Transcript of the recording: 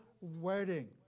wedding